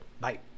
Bye